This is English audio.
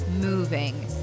moving